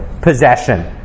possession